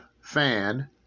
fan